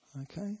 Okay